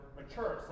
mature